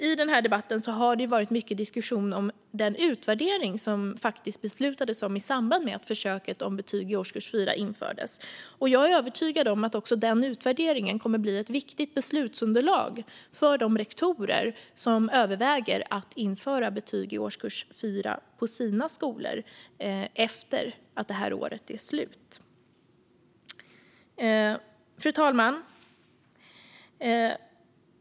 I den här debatten har det varit mycket diskussion om den utvärdering som det beslutades om i samband med att försöket med betyg i årskurs 4 infördes. Jag är övertygad om att den utvärderingen också kommer att bli ett viktigt beslutsunderlag för de rektorer som överväger att införa betyg i årskurs 4 på sina skolor efter att det här året är slut. Fru talman!